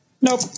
Nope